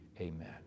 amen